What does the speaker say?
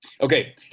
Okay